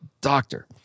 doctor